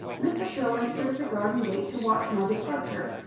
mr. sherwin stood at the garden-gate to watch my departure,